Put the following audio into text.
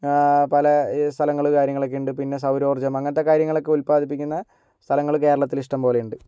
പല സ്ഥലങ്ങൾ കാര്യങ്ങളൊക്കെ ഉണ്ട് പിന്നെ സൗരോർജം അങ്ങനത്തെ കാര്യങ്ങളൊക്കെ ഉത്പാദിപ്പിക്കുന്ന സ്ഥലങ്ങൾ കേരളത്തിൽ ഇഷ്ടംപോലെ ഉണ്ട്